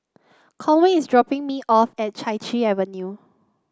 Conway is dropping me off at Chai Chee Avenue